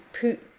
put